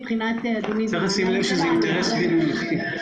צריך לשים לב שזה אינטרס ממלכתי.